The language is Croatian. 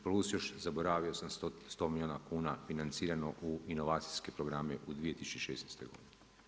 Plus još, zaboravio sam 100 milijuna kuna financirano u inovacijske programe u 2016. godini.